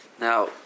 Now